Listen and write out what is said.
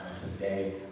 today